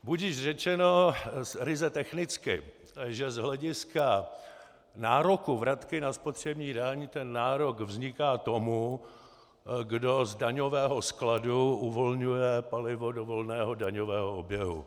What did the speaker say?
Budiž řečeno ryze technicky, že z hlediska nároku vratky na spotřební daň ten nárok vzniká tomu, kdo z daňového skladu uvolňuje palivo do volného daňového oběhu.